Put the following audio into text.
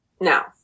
now